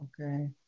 Okay